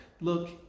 look